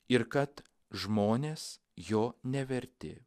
ir kad žmonės jo neverti